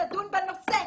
נדון בנושא".